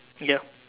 yup